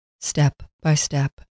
step-by-step